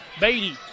Beatty